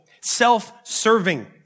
self-serving